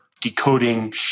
decoding